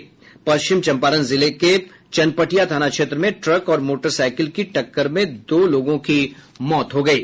पश्चिम चंपारण जिले के चनपटिया थाना क्षेत्र में ट्रक और मोटरसाइकिल की टक्कर में दो लोगों की मौत हो गयी